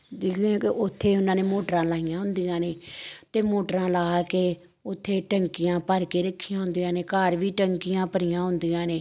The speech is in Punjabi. ਜਿਵੇਂ ਕਿ ਉੱਥੇ ਉਹਨਾਂ ਨੇ ਮੋਟਰਾਂ ਲਾਈਆਂ ਹੁੰਦੀਆਂ ਨੇ ਅਤੇ ਮੋਟਰਾਂ ਲਾ ਕੇ ਉੱਥੇ ਟੈਂਕੀਆਂ ਭਰ ਕੇ ਰੱਖੀਆਂ ਹੁੰਦੀਆਂ ਨੇ ਘਰ ਵੀ ਟੈਂਕੀਆਂ ਭਰੀਆਂ ਹੁੰਦੀਆਂ ਨੇ